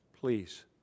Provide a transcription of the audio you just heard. Please